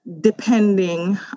Depending